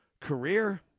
career